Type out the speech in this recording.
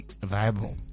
viable